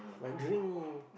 what drink